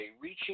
reaching